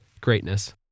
greatness